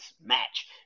match